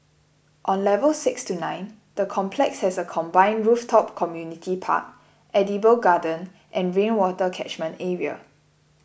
on levels six to nine the complex has a combined rooftop community park edible garden and rainwater catchment area